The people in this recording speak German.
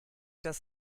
das